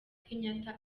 kenyatta